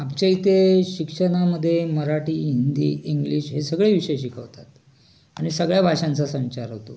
आमच्या इथे शिक्षणामध्ये मराठी हिंदी इंग्लिश हे सगळे विषय शिकवतात आणि सगळ्या भाषांचा संचार होतो